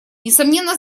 несомненно